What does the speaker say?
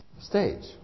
stage